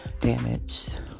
Damaged